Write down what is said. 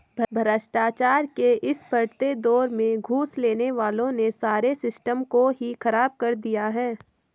भ्रष्टाचार के इस बढ़ते दौर में घूस लेने वालों ने सारे सिस्टम को ही खराब कर दिया है